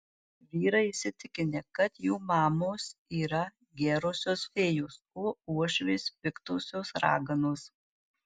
vyrai įsitikinę kad jų mamos yra gerosios fėjos o uošvės piktosios raganos